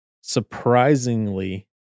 surprisingly